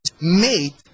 made